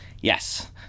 yes